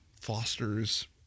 fosters